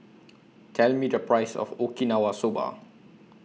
Tell Me The Price of Okinawa Soba